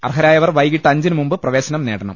അർഹരായവർ വൈകിട്ട് അഞ്ചിനുമുമ്പ് പ്രവേശനം നേടണം